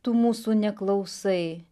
tu mūsų neklausai